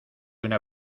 una